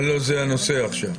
אבל לא זה הנושא עכשיו.